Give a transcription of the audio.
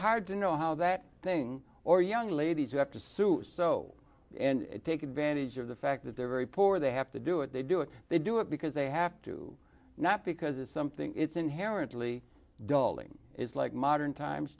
hard to know how that thing or young ladies have to sue so and take advantage of the fact that they're very poor they have to do it they do it they do it because they have to not because it's something it's inherently dulling it's like modern times